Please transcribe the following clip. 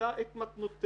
מפסידה את מתנותיה.